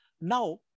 Now